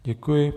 Děkuji.